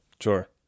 Sure